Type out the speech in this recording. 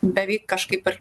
beveik kažkaip ir